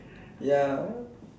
ya